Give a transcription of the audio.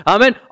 Amen